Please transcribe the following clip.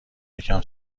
یکم